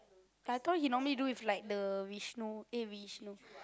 I thought he normally do with like the Vishnu eh Vishnu